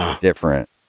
different